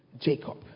Jacob